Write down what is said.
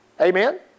Amen